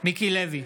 מיקי לוי,